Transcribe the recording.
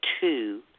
two